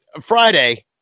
Friday